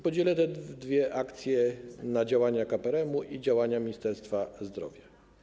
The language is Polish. Podzielę te dwie akcje na działania KPRM i działania Ministerstwa Zdrowia.